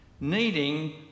needing